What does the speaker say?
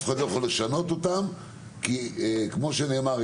אף אחד לא יכול לשנות אותם כי כמו שנאמר,